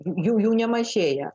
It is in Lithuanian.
jų nemažėja